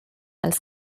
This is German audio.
als